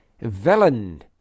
villain